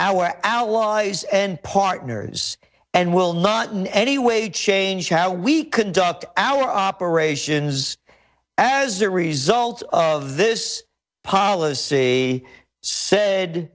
our allies and partners and will not need any way change how we conduct our operations as a result of this policy said